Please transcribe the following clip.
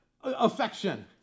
affection